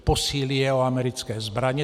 Posílí je o americké zbraně.